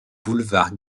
boulevard